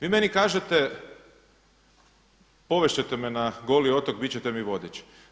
Vi meni kažete, povest ćete me na Goli otok, bit ćete mi vodič.